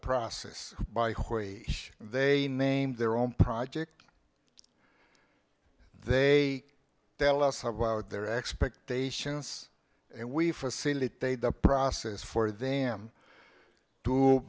process by which they name their own project they tell us about their expectations and we facilitate the process for them to